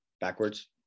backwards